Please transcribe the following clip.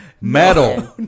Metal